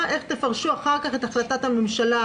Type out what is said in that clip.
איך תפרשו אחר כך את החלטת הממשלה,